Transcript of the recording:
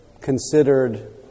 considered